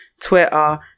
Twitter